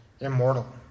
Immortal